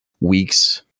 weeks